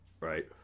Right